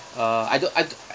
uh I don't I do~ I